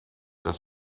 das